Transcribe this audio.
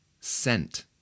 scent